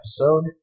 episode